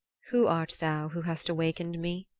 who art thou who hast awakened me?